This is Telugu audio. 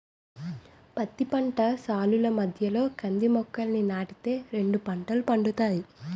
పత్తి పంట సాలుల మధ్యలో కంది మొక్కలని నాటి తే రెండు పంటలు పండుతాయి